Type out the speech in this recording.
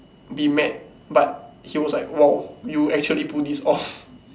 be mad but he was like !wow! you actually pulled this off